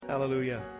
Hallelujah